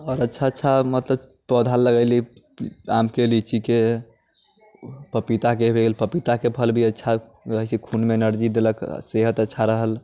आओर अच्छा अच्छा मतलब पौधा लगेली आमके लीचीके पपीताके भेल पपीताके फल भी अच्छा हो जाइ छै खूनमे एनर्जी देलक सेहत अच्छा रहल